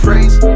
Praise